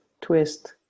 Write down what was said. twist